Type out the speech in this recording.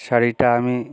শাড়িটা আমি